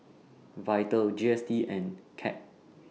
Vital G S T and CAG